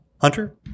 Hunter